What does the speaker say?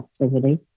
activity